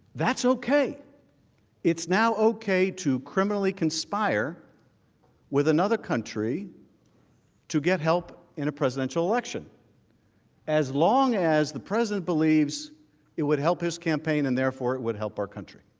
that's ok it's now ok to criminally conspire with another country to get help in a presidential election as long as the president believes it would help his campaign and therefore would help our country